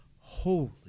Holy